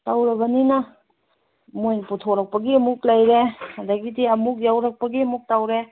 ꯇꯧꯔꯕꯅꯤꯅ ꯃꯣꯏ ꯄꯨꯊꯣꯔꯛꯄꯒꯤ ꯑꯃꯨꯛ ꯂꯩꯔꯦ ꯑꯗꯒꯤꯗꯤ ꯑꯃꯨꯛ ꯌꯧꯔꯛꯄꯒꯤ ꯑꯃꯨꯛ ꯇꯧꯔꯦ